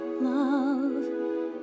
love